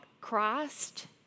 Christ